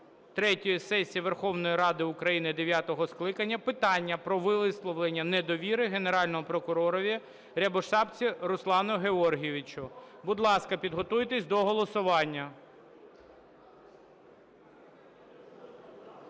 третьої сесії Верховної Ради України дев'ятого скликання питання про висловлення недовіри Генеральному прокуророві Рябошапці Руслану Георгійовичу. Будь ласка, підготуйтесь до голосування.